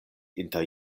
inter